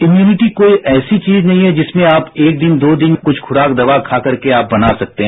इम्प्रनिटी कोई ऐसी चौज नहीं है जिसमें आप एक दिन दो दिन कुछ खुराक दवा खा करके आप बना सकते हैं